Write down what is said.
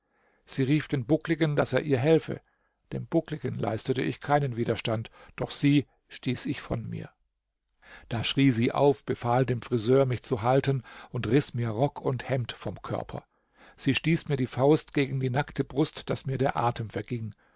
sie rief den buckligen daß er ihr helfe dem buckligen leistete ich keinen widerstand doch sie stieß ich von mir da schrie sie auf befahl dem friseur mich zu halten und riß mir rock und hemd vom körper sie stieß mir die faust gegen die nackte brust daß mir der atem verging